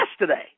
yesterday